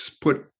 put